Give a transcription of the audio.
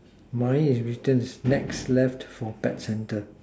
mine is written snacks left for pet centre